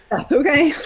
that's ok,